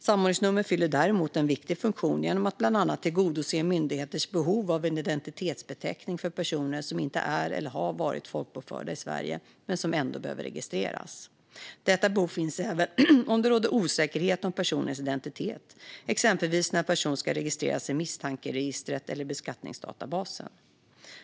Samordningsnummer fyller däremot en viktig funktion genom att bland annat tillgodose myndigheters behov av en identitetsbeteckning för personer som inte är eller har varit folkbokförda i Sverige men som ändå behöver registreras. Detta behov finns även om det råder osäkerhet om personens identitet, exempelvis när en person ska registreras i misstankeregistret eller i beskattningsdatabasen.